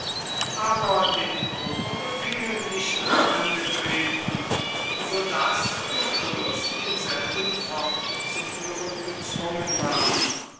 aber den oberbefehl nicht angetreten so daß lucullus denselben fortzuführen gezwungen war